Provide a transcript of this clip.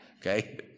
okay